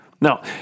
Now